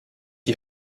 die